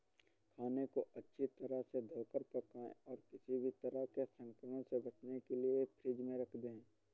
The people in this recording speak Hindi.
खाने को अच्छी तरह से धोकर पकाएं और किसी भी तरह के संक्रमण से बचने के लिए फ्रिज में रख दें